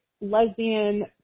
lesbian